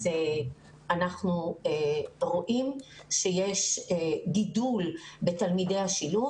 אז אנחנו רואים שיש גידול בתלמידי השילוב.